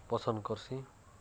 ପସନ୍ଦ କର୍ସି